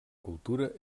cultura